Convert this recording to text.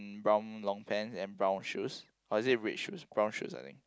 brown long pants and brown shoes or is it red shoes brown shoes I think